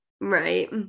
Right